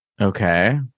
okay